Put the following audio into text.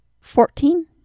Fourteen